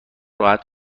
راحت